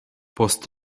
post